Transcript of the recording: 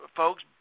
folks